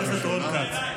חבר הכנסת רון כץ.